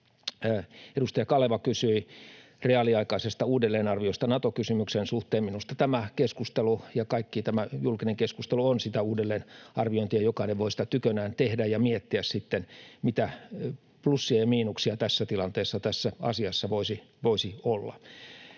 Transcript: Edustaja Kaleva kysyi reaaliaikaisesta uudelleenarviosta Nato-kysymyksen suhteen: Minusta tämä keskustelu ja kaikki tämä julkinen keskustelu on sitä uudelleenarviointia. Jokainen voi sitä tykönään tehdä ja miettiä sitten, mitä plussia ja miinuksia tässä tilanteessa tässä asiassa voisi olla.